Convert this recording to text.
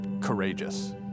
courageous